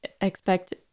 expect